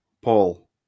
Paul